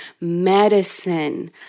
medicine